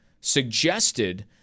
suggested